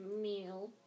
meal